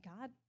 God